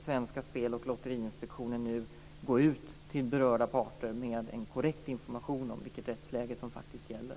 Svenska Spel och Lotteriinspektionen borde väl nu gå ut till berörda parter med en korrekt information om vilket rättsläge som gäller.